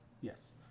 Yes